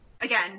again